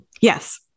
Yes